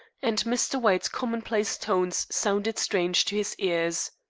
and mr. white's commonplace tones sounded strange to his ears.